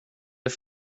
det